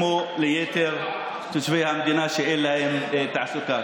כמו ליתר תושבי המדינה שאין להם תעסוקה.